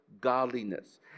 godliness